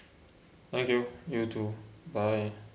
thank you you too bye